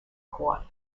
caught